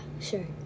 sure